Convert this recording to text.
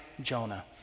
Jonah